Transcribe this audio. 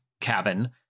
cabin